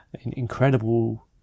incredible